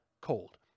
cold